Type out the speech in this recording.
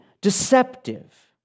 deceptive